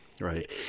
Right